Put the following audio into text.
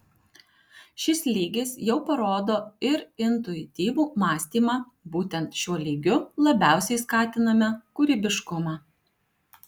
šis lygis jau parodo ir intuityvų mąstymą būtent šiuo lygiu labiausiai skatiname kūrybiškumą